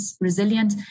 resilient